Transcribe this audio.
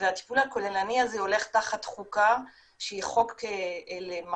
והטיפול הכוללני הזה הולך תחת חוקה שהיא חוק למחלות